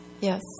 Yes